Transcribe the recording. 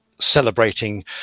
celebrating